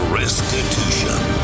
restitution